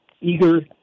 eager